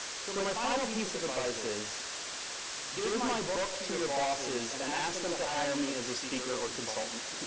so my final piece of advice is give my book to your bosses and and ask them to hire me as a speaker or consultant.